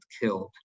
killed